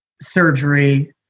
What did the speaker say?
surgery